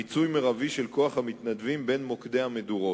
מיצוי מרבי של כוח המתנדבים בין מוקדי המדורות.